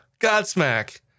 Godsmack